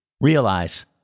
Realize